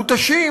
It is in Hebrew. מותשים,